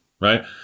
right